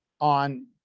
on